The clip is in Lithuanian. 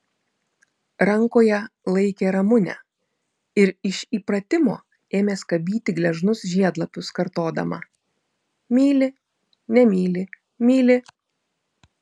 rankoje laikė ramunę ir iš įpratimo ėmė skabyti gležnus žiedlapius kartodama myli nemyli myli